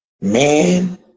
man